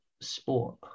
sport